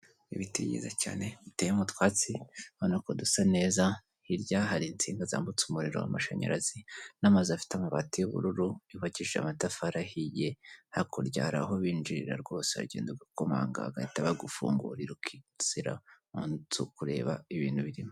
Ibiti byiza cyane biteye mu utwatsi ubanako dusa neza hirya hari insinga zambutsa umuriro w'amashanyarazi n'amazu afite amabati y'ubururu yubakishije amatafari ahiye hakurya hari aho binjirira rwose uragenda ugakomanga bagahita bagufungurira ukunjira mu inzu ukureba ibintu birimo.